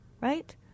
right